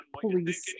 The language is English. police